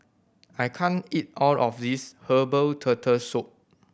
I can't eat all of this herbal Turtle Soup